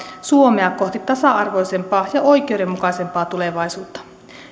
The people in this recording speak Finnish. suomea kohti tasa arvoisempaa ja oikeudenmukaisempaa tulevaisuutta